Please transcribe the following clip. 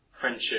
Friendship